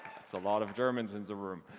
that's a lot of germans in the room.